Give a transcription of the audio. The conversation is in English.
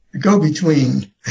go-between